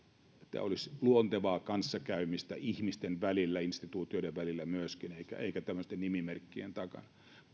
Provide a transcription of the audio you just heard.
olisi luontevaa kanssakäymistä ihmisten välillä instituutioiden välillä myöskin eikä tämmöisten nimimerkkien takana